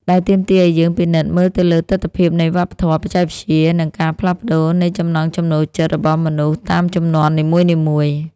ដែលទាមទារឱ្យយើងពិនិត្យមើលទៅលើទិដ្ឋភាពនៃវប្បធម៌ បច្ចេកវិទ្យា និងការផ្លាស់ប្តូរនៃចំណង់ចំណូលចិត្តរបស់មនុស្សតាមជំនាន់នីមួយៗ។